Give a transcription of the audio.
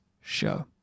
show